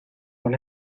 con